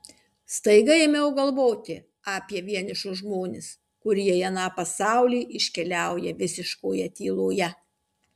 staiga ėmiau galvoti apie vienišus žmones kurie į aną pasaulį iškeliauja visiškoje tyloje